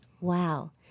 wow